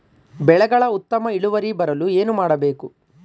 ಬೆಳೆಗಳ ಉತ್ತಮ ಇಳುವರಿ ಬರಲು ಏನು ಮಾಡಬೇಕು?